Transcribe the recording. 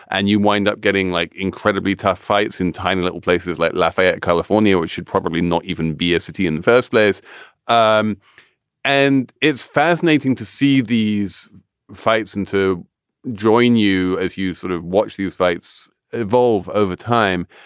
and you wind up getting like incredibly tough fights in tiny little places like lafayette, california, which should probably not even be a city in the first place um and it's fascinating to see these fights and to join you as you sort of watch these fights evolve over time.